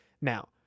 Now